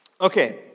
Okay